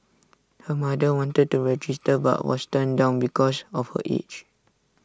her mother wanted to register but was turned down because of her age